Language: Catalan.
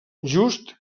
just